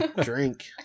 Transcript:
drink